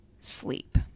sleep